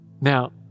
Now